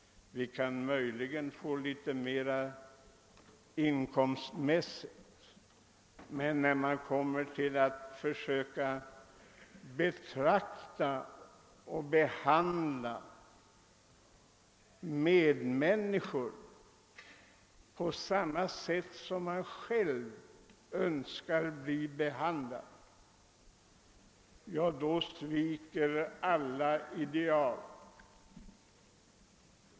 Vi kan möjligen få litet större inkomster, men när det gäller att betrakta och behandla medmänniskor på samma sätt som vi själva önskar bli behandlade, då sviker vi alla ideal.